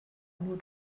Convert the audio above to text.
nur